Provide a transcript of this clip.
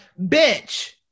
bitch